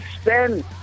spend